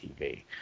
TV